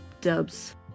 dubs